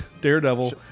Daredevil